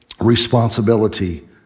responsibility